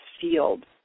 field